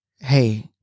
Hey